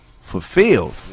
fulfilled